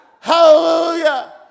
Hallelujah